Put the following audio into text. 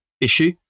issue